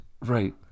Right